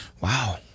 Wow